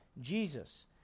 Jesus